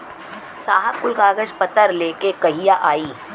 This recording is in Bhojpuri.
साहब कुल कागज पतर लेके कहिया आई?